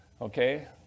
okay